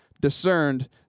discerned